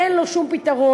אין לו שום פתרון.